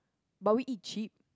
but we eat cheap